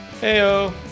heyo